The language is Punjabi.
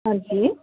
ਹਾਂਜੀ